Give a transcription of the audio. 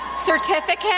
certificate,